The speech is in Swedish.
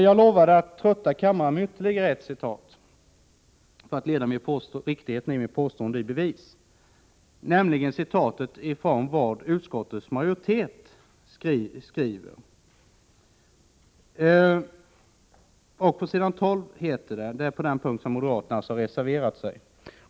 Jag lovade att trötta kammaren med ytterligare ett citat för att leda riktigheten av mitt påstående i bevis, nämligen ett citat av vad utskottets majoritet skriver på s. 12 i betänkandet. Det gäller den punkt där moderaterna har reserverat sig.